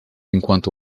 enquanto